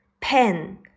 pen